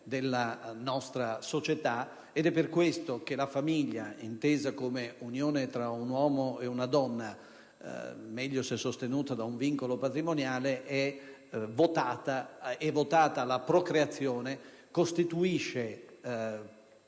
della nostra società, ed è per questo che la famiglia, intesa come unione tra un uomo e una donna, meglio se sostenuta da un vincolo matrimoniale e votata alla procreazione, costituisce il